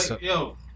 Yo